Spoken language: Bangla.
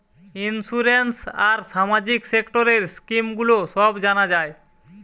ইন্সুরেন্স আর সামাজিক সেক্টরের স্কিম গুলো সব জানা যায়